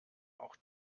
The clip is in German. auch